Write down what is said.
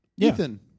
Ethan